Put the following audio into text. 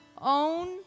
own